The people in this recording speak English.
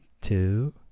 two